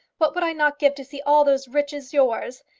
what would i not give to see all those riches yours?